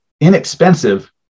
inexpensive